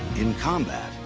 in combat,